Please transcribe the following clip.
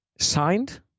signed